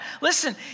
listen